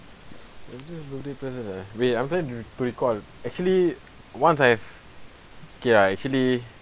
best birthday present ah wait I'm going to to recall actually once I have okay ah actually